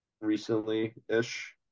recently-ish